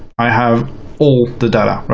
i have all the data,